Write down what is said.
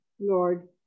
Lord